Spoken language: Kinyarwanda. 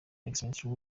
excellent